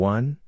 One